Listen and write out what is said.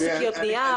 או שקיות נייר.